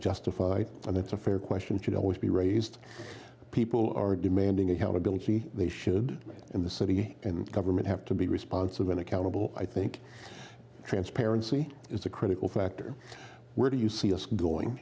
justified and that's a fair question should always be raised people are demanding accountability they should in the city and government have to be responsible and accountable i think transparency is a critical factor where do you see us going